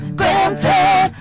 granted